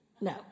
No